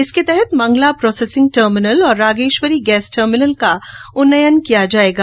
इसके तहत Mangala processing terminal और रागेश्वरी गैस टर्मिनल का उन्नयन किया जाएगा